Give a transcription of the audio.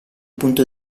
punto